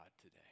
today